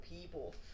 people